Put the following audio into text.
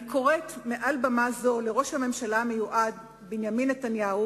אני קוראת מעל במה זו לראש הממשלה המיועד בנימין נתניהו